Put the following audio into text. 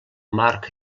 marc